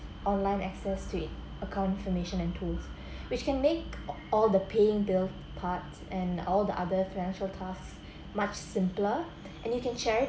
online access to it account information and tools which can make a~ all the paying bill part and all the other financial tasks much simpler and you can share it